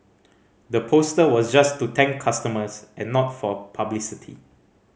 the poster was just to thank customers and not for publicity